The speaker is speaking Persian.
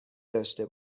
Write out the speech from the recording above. داشته